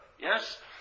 Yes